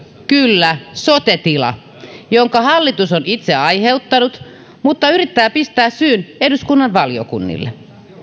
kyllä sote tila jonka hallitus on itse aiheuttanut mutta yrittää pistää syyn eduskunnan valiokunnille